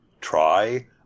try